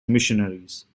missionaries